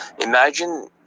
Imagine